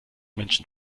menschen